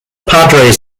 padres